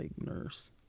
nurse